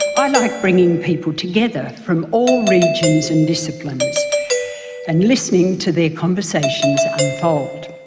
i like bringing people together from all regions and disciplines and listening to their conversations unfold.